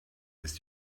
ist